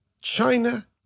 China